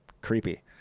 Creepy